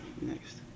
Next